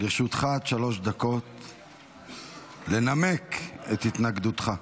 לרשותך עד שלוש דקות לנמק את התנגדותך.